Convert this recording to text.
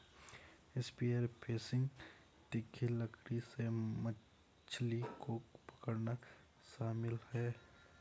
spear fishing तीखी लकड़ी से मछली को पकड़ना शामिल है